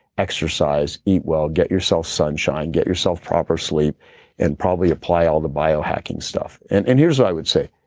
exercise, eat well, get yourself yourself sunshine, get yourself proper sleep and probably apply all the bio hacking stuff and and here's what i would say,